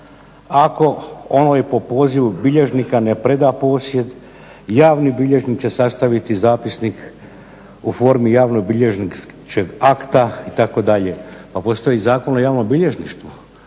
Ako ovaj po pozivu bilježnika ne preda posjed, javni bilježnik će sastaviti zapisnik u formi javno bilježničkog akta, itd. Pa postoji Zakon o javnom bilježništvu,